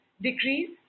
decrease